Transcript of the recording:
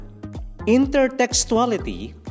Intertextuality